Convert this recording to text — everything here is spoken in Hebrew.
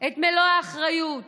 את מלוא האחריות